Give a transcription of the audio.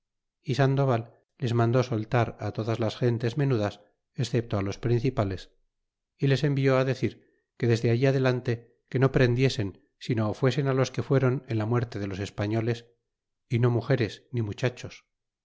y sandoval les mandó soltar a todas las gentes menudas escepto á los principales y les envió decir que desde allí adelante que no prendiesen sino fuesen a los que fueron en la muerte de los españoles y no mugeres ni muchachos